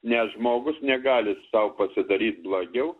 nes žmogus negali sau pasidaryt blogiau